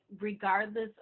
regardless